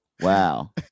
wow